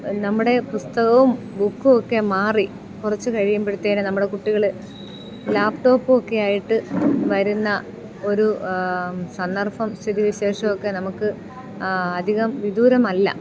നമ്മുടെ പുസ്തകവും ബുക്കുമൊക്കെ മാറി കുറച്ചു കഴിയുമ്പോൾ നമ്മുടെ കുട്ടികൾ ലാപ്ടോപ്പ ഒക്കെ ആയിട്ട് വരുന്ന ഒരു സന്ദർഭം സ്ഥിതിവിശേഷം ഒക്കെ നമുക്ക് അധികം വിധൂരമല്ല